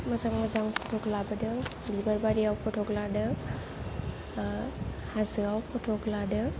मोजां मोजां फटक लाबोदों बिबार बारियाव फटक लादों हाजोआव फटक लादों